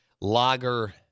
Lager